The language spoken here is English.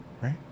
Right